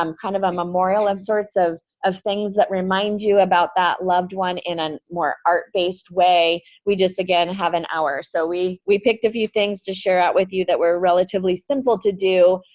um kind of a memorial of sorts of of things that remind you about that loved one in a more art-based way. we just again have an hour, so we we picked a few things to share out with you that were relatively simple to do,